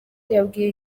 yabwiye